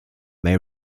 may